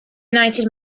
united